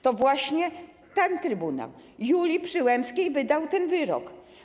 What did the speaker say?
To właśnie trybunał Julii Przyłębskiej wydał ten wyrok.